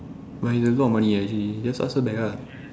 but is a lot of money eh actually just ask her back lah